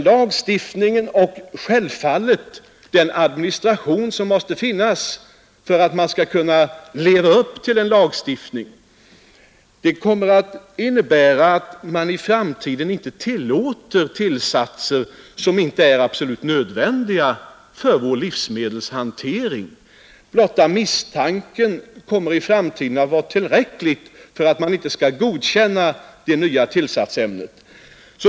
Lagstiftningen — och självfallet den administration som måste finnas för att man skall leva upp till lagstiftningen — kommer att innebära att man i framtiden inte tillåter tillsatser som inte är absolut nödvändiga för vår livsmedelshantering. Blotta misstanken kommer i framtiden att vara tillräcklig för att man inte skall godkänna det nya tillsatsämnet.